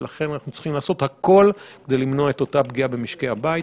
ולכן אנחנו צריכים לעשות הכול כדי למנוע את אותה פגיעה במשקי הבית.